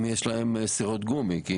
אם יש להן סירות גומי.